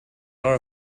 are